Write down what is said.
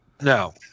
No